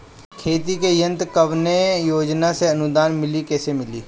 खेती के यंत्र कवने योजना से अनुदान मिली कैसे मिली?